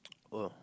!woah!